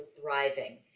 thriving